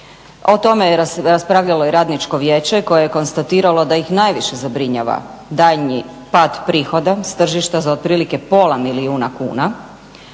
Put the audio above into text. O tome je raspravljalo i Radničko vijeće koje je konstatiralo da ih najviše zabrinjava daljnji pad prihoda s tržišta za otprilike pola milijuna kuna